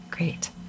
Great